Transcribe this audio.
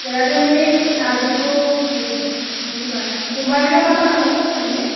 জেগাটো আমি আজিতো হেৰি বাৰ শনিবাৰ সোমবাৰ মানে ওলাবা নহ'লে যামগৈ